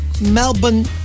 Melbourne